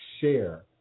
share